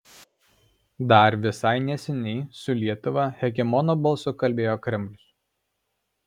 dar visai neseniai su lietuva hegemono balsu kalbėjo kremlius